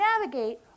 navigate